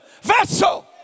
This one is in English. vessel